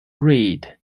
reid